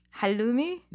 Halloumi